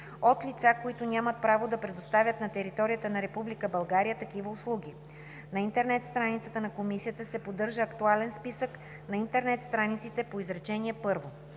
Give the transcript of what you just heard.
от лица, които нямат право да предоставят на територията на Република България такива услуги. На интернет страницата на комисията се поддържа актуален списък на интернет страниците по изречение първо.